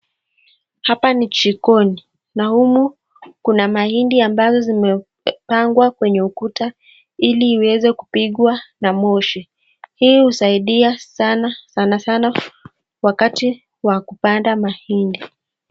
Hapa ni jikoni na humu kuna mahindi ambazo zimepangwa kwenye ukuta ili iweze kupigwa na moshi. Hii husaidia sana sana wakati wa kupanda mahindi.